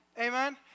Amen